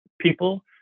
people